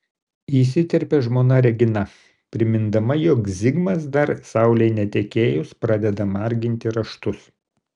įsiterpia žmona regina primindama jog zigmas dar saulei netekėjus pradeda marginti raštus